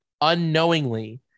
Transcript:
unknowingly